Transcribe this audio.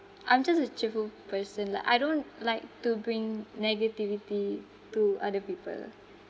I'm just a cheerful person like I don't like to bring negativity to other people